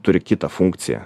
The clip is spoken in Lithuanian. turi kitą funkciją